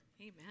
Amen